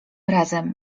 razem